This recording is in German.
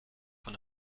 von